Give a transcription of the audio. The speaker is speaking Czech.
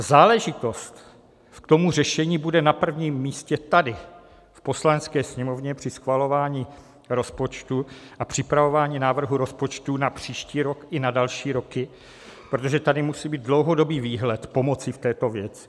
Záležitost k tomu řešení bude na prvním místě tady v Poslanecké sněmovně při schvalování rozpočtu a připravování návrhu rozpočtu na příští rok i na další roky, protože tady musí být dlouhodobý výhled pomoci v této věci.